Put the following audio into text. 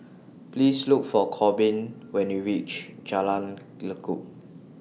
Please Look For Korbin when YOU REACH Jalan Lekub